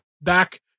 back